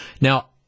Now